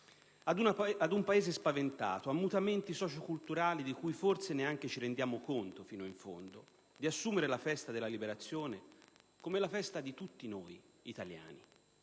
ad un Paese spaventato, a mutamenti socio culturali di cui forse neanche ci rendiamo conto fino in fondo, assumere la festa della Liberazione come la festa di tutti noi italiani.